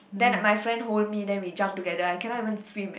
then my friend hold me then we jump together I cannot even swim leh